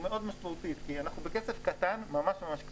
כי זה כסף ממש ממש קטן.